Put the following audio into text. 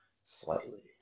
Slightly